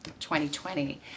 2020